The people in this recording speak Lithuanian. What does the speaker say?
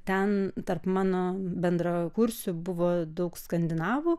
ten tarp mano bendrakursių buvo daug skandinavų